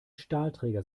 stahlträger